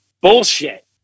bullshit